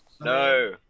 No